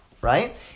right